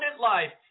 life